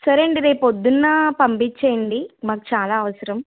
సరే అండి రేపు పొద్దున్న పంపించండి మాకు చాలా అవసరం